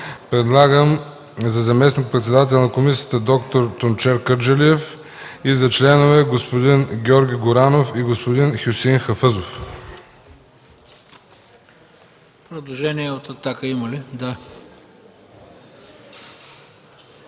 предлагам за заместник-председател на комисията доктор Тунчер Кърджалиев и за членове господин Георги Горанов и господин Хюсеин Хафъзов. ПРЕДСЕДАТЕЛ ХРИСТО